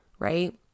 right